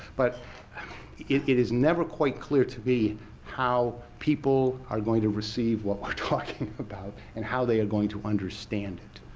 but it is never quite clear to be how people are going to receive what we're talking about, and how they are going to understand it.